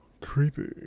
creepy